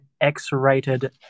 X-rated